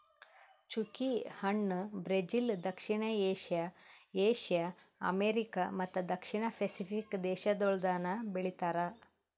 ಚ್ಚುಕಿ ಹಣ್ಣ ಬ್ರೆಜಿಲ್, ದಕ್ಷಿಣ ಏಷ್ಯಾ, ಏಷ್ಯಾ, ಅಮೆರಿಕಾ ಮತ್ತ ದಕ್ಷಿಣ ಪೆಸಿಫಿಕ್ ದೇಶಗೊಳ್ದಾಗ್ ಬೆಳಿತಾರ್